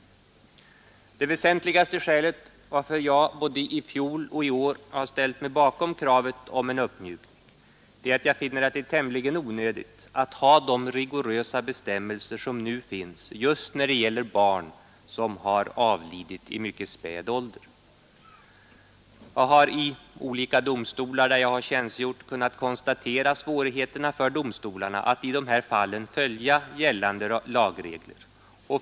Det väsentligaste skälet till att jag både i fjol och i år har ställt mig bakom kravet på en uppmjukning är att jag finner att det är tämligen onödigt att ha de rigorösa bestämmelser som nu finns just när det gäller barn som har avlidit i mycket späd ålder. Jag har i olika domstolar, där jag har tjänstgjort, kunnat konstatera svårigheterna för domstolarna att i de här fallen följa gällande lagregler.